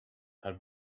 had